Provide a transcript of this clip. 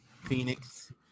Phoenix